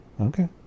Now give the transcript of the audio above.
Okay